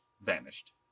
vanished